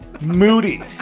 moody